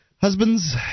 husbands